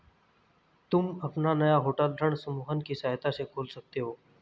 तुम अपना नया होटल ऋण समूहन की सहायता से खोल सकते हो